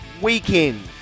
weekend